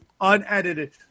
Unedited